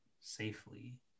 safely